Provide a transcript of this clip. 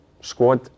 squad